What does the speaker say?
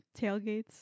tailgates